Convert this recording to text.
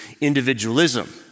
individualism